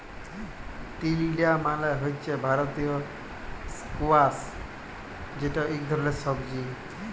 তিলডা মালে হছে ভারতীয় ইস্কয়াশ যেট ইক ধরলের সবজি